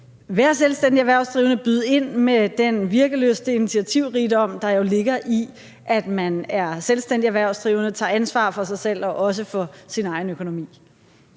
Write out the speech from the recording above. være selvstændige erhvervsdrivende, som byder ind med den virkelyst og initiativrigdom, der jo ligger i, at man er selvstændig erhvervsdrivende og tager ansvar for sig selv og også for sin egen økonomi?